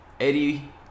Eddie